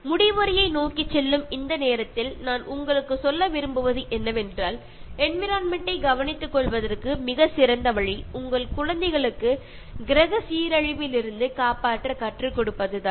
முடிவுரையை நோக்கி செல்லும் இந்த நேரத்தில் நான் உங்களுக்கு சொல்ல விரும்புவது என்னவென்றால் என்விரான்மென்ட் டைக் கவனித்துக் கொள்வதற்கு மிகச் சிறந்த வழி உங்கள் குழந்தைகளுக்கு கிரக சீரழிவிலிருந்து காப்பாற்ற கற்றுக் கொடுப்பதுதான்